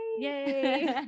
Yay